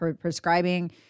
prescribing